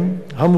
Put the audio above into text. המוצעת,